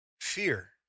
Fear